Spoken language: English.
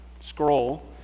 scroll